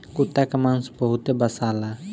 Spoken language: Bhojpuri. कुता के मांस बहुते बासाला